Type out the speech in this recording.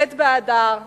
ט' באדר תש"ט.